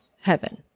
heaven